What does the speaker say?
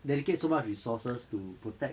delegate so much resources to protect